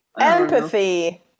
Empathy